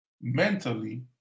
mentally